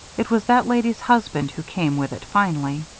it was that lady's husband who came with it finally.